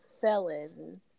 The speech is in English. felon